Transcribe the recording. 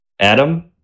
Adam